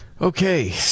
Okay